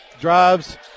drives